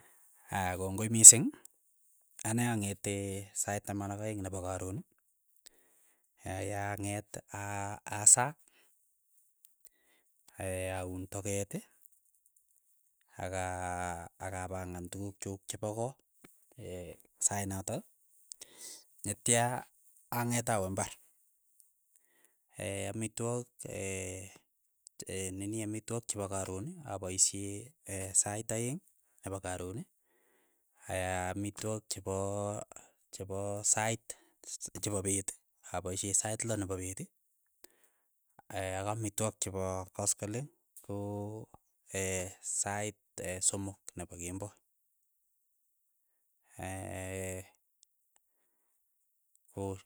Aya kongoi mising, ane ang'ete sait taman ak aeng' nepo karon, ya kang'eet aa asa, auun tokeet, akaa akapang'an tukuk chuk chepok ko sait notok, netya ang'et awe imbar, amitwogik ee nini amitwogik chepo karon apaishe sait aeng' nepo karoon, aya amitwogik chepo chepo sait sis chepo peet, apaishe sait lo nepo peet, aya ak amitwogik chepo koskoleng ko sait somok nepo kemboi, ko.